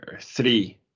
three